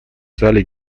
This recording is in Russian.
зале